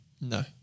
No